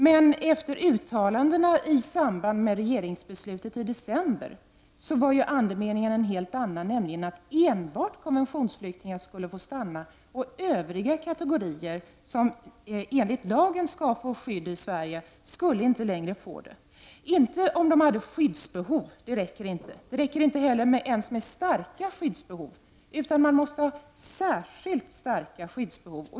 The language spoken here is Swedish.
Men i uttalandena i samband med regeringsbeslutet i december var andemeningen en helt annan, nämligen enbart konventionsflyktingar skulle få stanna, övriga kategorier som enligt lagen skall få skydd i Sverige skulle inte längre få det. Det räcker inte med att ha skyddsbehov. Det räcker inte ens heller med starka skyddsbehov. Man måste ha särskilt starka skyddsbehov.